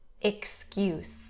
excuse